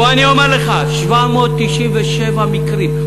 אני אומר לך: 797 מקרים.